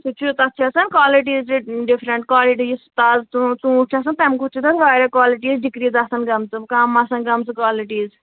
سُہ چھُ تَتھ چھےٚ آسان کالٕٹیٖز ڈِفرنٛٹ کالٹی یُس تازٕ ژوٗ ژوٗنٹھ چھُ آسان تَمہِ کھۄت چھِ تَتھ واریاہ کالِٹیٖز ڈِکریٖز آسان گٔمژٕ کَم آسان گٔمژٕ کالِٹیٖز